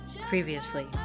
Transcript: previously